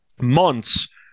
months